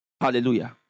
Hallelujah